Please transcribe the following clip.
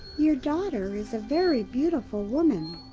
your daughter is a very beautiful woman.